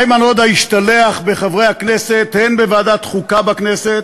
איימן עודה השתלח בחברי הכנסת הן בוועדת החוקה בכנסת